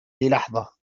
للحظة